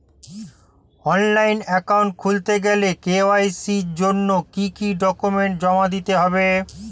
Online account খুলতে গেলে KYC জন্য কি কি ডকুমেন্ট জমা দিতে হবে?